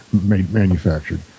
manufactured